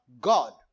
God